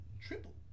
Triple